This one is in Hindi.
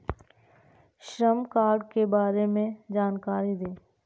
श्रम कार्ड के बारे में जानकारी दें?